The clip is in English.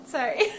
Sorry